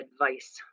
advice